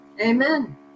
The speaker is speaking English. Amen